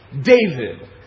David